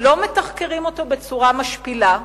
לא מתחקרים אותו בצורה משפילה,